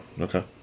okay